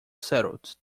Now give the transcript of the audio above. settled